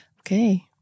Okay